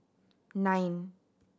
nine